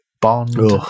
Bond